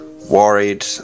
worried